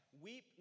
Weep